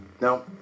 No